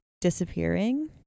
disappearing